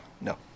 No